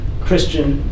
Christian